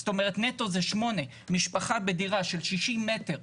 זאת אומרת נטו זה 8. משפחה בדירה של 60 מטר,